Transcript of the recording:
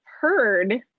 heard